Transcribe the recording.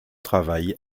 travail